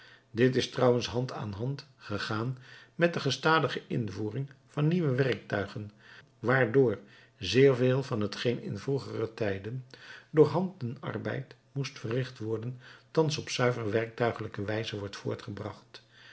dit is trouwens hand aan hand gegaan met de gestadige invoering van nieuwe werktuigen waardoor zeer veel van hetgeen in vroegeren tijd door handenarbeid moest verricht worden thans op zuiver werktuiglijke wijze wordt voortgebracht